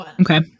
Okay